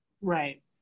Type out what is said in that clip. right